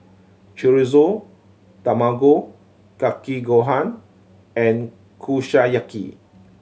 Chorizo Tamago Kake Gohan and Kushiyaki